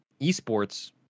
esports